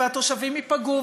והתושבים ייפגעו,